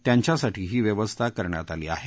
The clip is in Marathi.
त्यांच्यासाठी ही व्यवस्था करण्यात आली आहे